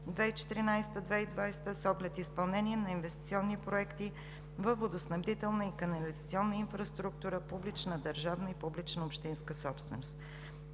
2014 – 2020“, с оглед изпълнение на инвестиционни проекти във водоснабдителна и канализационна инфраструктура, публична държавна и публична общинска собственост.